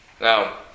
Now